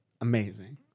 Amazing